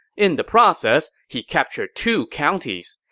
in the process, he captured two counties.